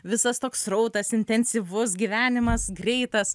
visas toks srautas intensyvus gyvenimas greitas